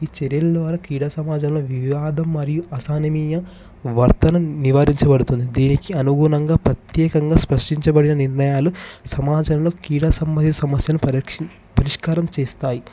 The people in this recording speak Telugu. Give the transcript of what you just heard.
ఈ చర్యల ద్వారా క్రీడ సమాజంలో వివాదం మరియు అసానిమీయ వర్ధన నివారించబడుతుంది దీనికి అనుగుణంగా ప్రత్యేకంగా స్పష్టించబడిన నిర్ణయాలు సమాజంలో కీలక సమయ సమస్యను పరిరక్షి పరిష్కారం చేస్తాయి